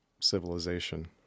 civilization